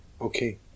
Okay